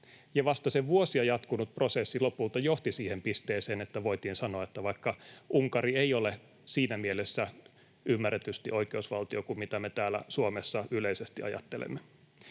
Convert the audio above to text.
vasta se vuosia jatkunut prosessi lopulta johti siihen pisteeseen, että voitiin sanoa, että vaikkapa Unkari ei ole siinä mielessä ymmärretysti oikeusvaltio kuin me täällä Suomessa yleisesti ajattelemme.